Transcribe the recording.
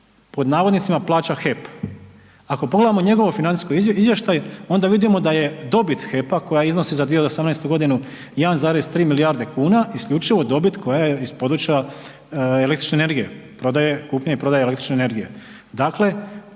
pod navodnicima plaća HEP. Ako pogledamo njegov financijski izvještaj onda vidimo da je dobit HEP-a koja iznosi za 2018. godinu 1,3 milijarde kuna isključivo dobit koja je iz područja električne energije, prodaje, kupnje o prodaje električne energije.